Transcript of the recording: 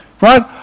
Right